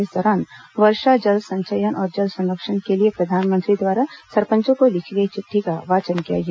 इस दौरान वर्षा जल संचयन और जल संरक्षण के लिए प्रधानमंत्री द्वारा सरपंचों को लिखी गई चिट्टी का वाचन किया गया